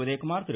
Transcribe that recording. Udhayakumar Thiru